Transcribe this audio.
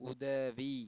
உதவி